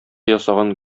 ясаган